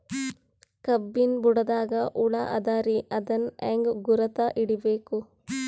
ಕಬ್ಬಿನ್ ಬುಡದಾಗ ಹುಳ ಆದರ ಅದನ್ ಹೆಂಗ್ ಗುರುತ ಹಿಡಿಬೇಕ?